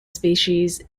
species